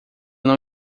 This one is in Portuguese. não